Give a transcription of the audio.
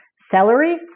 Celery